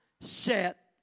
set